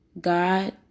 God